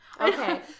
Okay